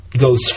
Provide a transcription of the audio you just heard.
goes